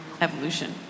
evolution